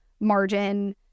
margin